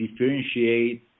differentiate